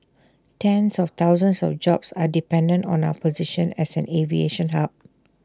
tens of thousands of jobs are dependent on our position as an aviation hub